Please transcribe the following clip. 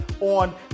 on